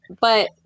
But-